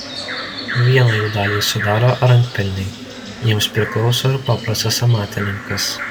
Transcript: vieną jų dalį sudaro rankpelniai jiems priklauso ir paprastas amatininkas